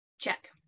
Check